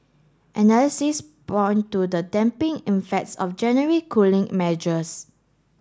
analysis point to the effects of January cooling measures